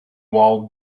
wall